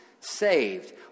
saved